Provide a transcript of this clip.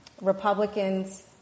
Republicans